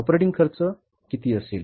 operating खर्च किती असेल